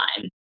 time